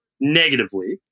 negatively